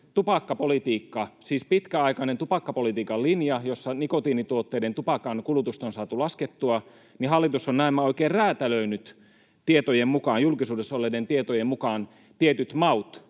siis pitkäaikaisessa tupakkapolitiikan linjassa, jossa nikotiinituotteiden tupakan kulutusta on saatu laskettua — hallitus on näemmä oikein räätälöinyt julkisuudessa olleiden tietojen mukaan tietyt maut,